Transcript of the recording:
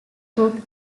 fruit